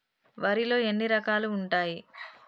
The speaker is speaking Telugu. వరిలో ఎన్ని రకాలు ఉంటాయి?